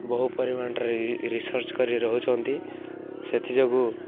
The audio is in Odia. ବହୁ ପରିମାଣରେ ରିସର୍ଚ୍ଚ କରି ରହୁଛନ୍ତି ସେଥିଯୋଗୁଁ